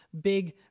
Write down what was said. big